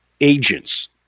agents